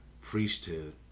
priesthood